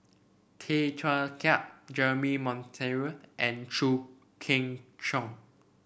Tay Teow Kiat Jeremy Monteiro and Chew Kheng Chuan